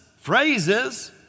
phrases